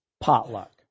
potluck